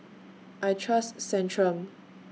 I Trust Centrum